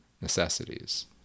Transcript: necessities